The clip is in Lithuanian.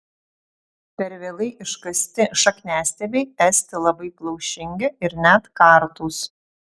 per vėlai iškasti šakniastiebiai esti labai plaušingi ir net kartūs